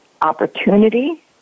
opportunity